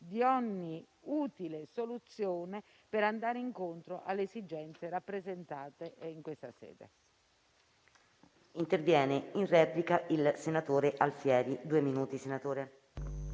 di ogni utile soluzione per andare incontro alle esigenze rappresentate in questa sede.